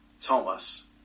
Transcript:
Thomas